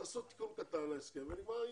תעשו תיקון קטן להסכם ונגמר העניין.